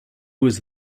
was